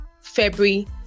february